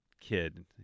kid